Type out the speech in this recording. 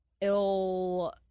ill